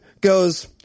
goes